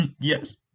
Yes